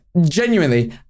Genuinely